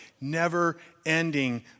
never-ending